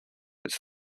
its